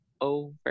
over